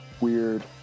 weird